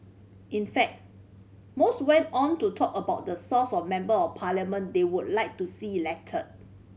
in fact most went on to talk about the source of Member of Parliament they would like to see elected